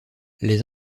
les